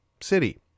city